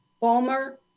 Palmer